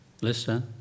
listen